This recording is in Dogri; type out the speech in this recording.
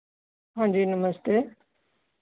हां जी नमस्ते